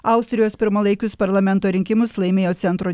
austrijos pirmalaikius parlamento rinkimus laimėjo centro